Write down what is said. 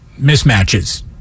mismatches